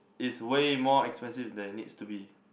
is way more expensive than it needs to be